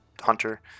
Hunter